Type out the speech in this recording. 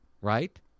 right